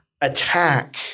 attack